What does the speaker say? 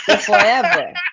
forever